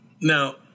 Now